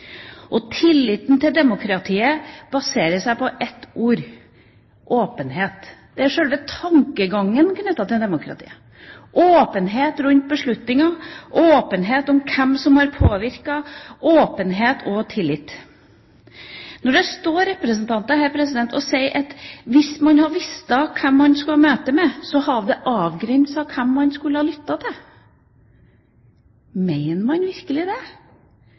demokrati. Tilliten til demokratiet baserer seg på ett ord: åpenhet. Det er sjølve tankegangen knyttet til demokratiet, åpenhet rundt beslutninger, åpenhet om hvem som har påvirket – åpenhet og tillit. Når det står representanter her og sier at hvis noen hadde visst hvem man skulle ha møte med, hadde det avgrenset hvem man hadde lyttet til. Mener man virkelig det?